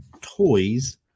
toys